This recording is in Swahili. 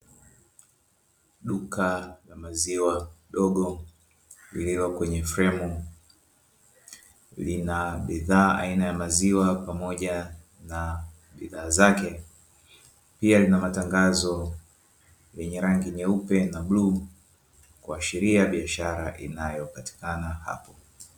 Duka la maziwa dogo lililo kwenye fremu lina bidhaa aina ya maziwa pamoja na bidhaa zake, pia lina matangazo lenye rangi nyeupe na bluu kuashiria biashara inayopatikana hapo.